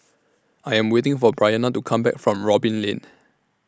I Am waiting For Briana to Come Back from Robin Lane